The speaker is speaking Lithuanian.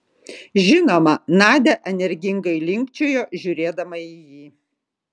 žinoma nadia energingai linkčiojo žiūrėdama į jį